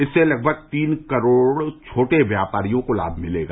इससे लगभग तीन करोड़ छोटे व्यापारियों को लाभ मिलेगा